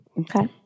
Okay